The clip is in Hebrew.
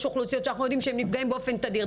אוכלוסיות שאנחנו יודעים שהם נפגעים באופן תדיר.